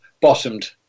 bottomed